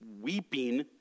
weeping